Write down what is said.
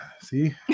See